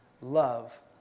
Love